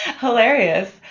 hilarious